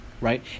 right